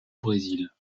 brésil